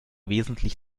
wesentlich